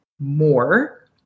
more